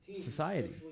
society